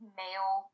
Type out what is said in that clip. male